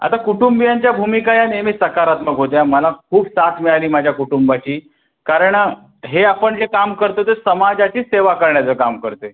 आता कुटुंबियांच्या भूमिका या नेहमी सकारात्मक होत्या मला खूप साथ मिळाली माझ्या कुटुंबाची कारण हे आपण जे काम करतो ते समाजाची सेवा करण्याचं काम करतो आहे